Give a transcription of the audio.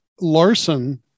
Larson